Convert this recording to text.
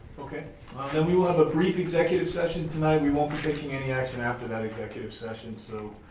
okay, then we will have a brief executive session tonight. we won't be taking any action after that executive session, so,